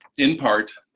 in part,